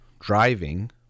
driving